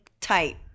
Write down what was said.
tight